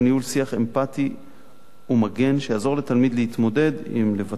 שיח אמפתי ומגן שיעזור לתלמיד להתמודד עם לבטיו,